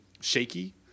Shaky